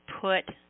put